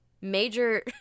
major